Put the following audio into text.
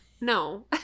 No